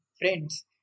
friends